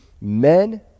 Men